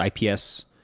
IPS